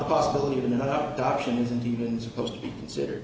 the possibility that enough options and even supposed to be considered